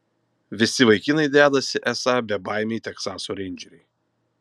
visi vaikinai dedasi esą bebaimiai teksaso reindžeriai